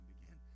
began